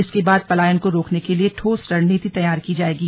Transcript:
इसके बाद पलायन को रोकने के लिए ठोस रणनीति तैयार की जायेगी